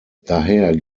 daher